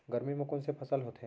गरमी मा कोन से फसल होथे?